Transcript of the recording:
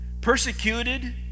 Persecuted